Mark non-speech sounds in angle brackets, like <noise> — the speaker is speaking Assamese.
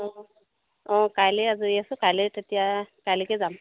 <unintelligible> অঁ কাইলৈ আজৰি আছোঁ কাইলৈ তেতিয়া কাইলৈকে যাম